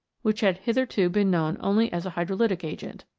which had hitherto been known only as a hydrolytic agent.